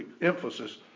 emphasis